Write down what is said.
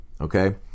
Okay